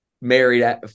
married